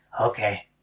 Okay